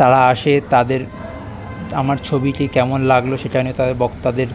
তারা আসে তাদের আমার ছবিটি কেমন লাগলো সেটা নিয়ে তাদের বক তাদের